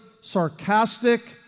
sarcastic